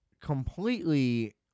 completely